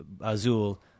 azul